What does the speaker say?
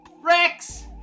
Rex